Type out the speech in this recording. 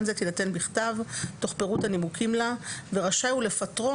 זה תינתן בכתב תוך פירוט הנימוקים לה ורשאי הוא לפטרו